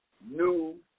New